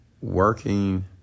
working